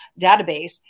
database